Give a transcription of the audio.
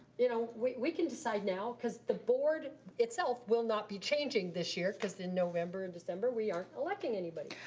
you know we we can decide now, because the board itself, will not be changing this year, because november, and december, we aren't electing anybody.